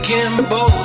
Kimbo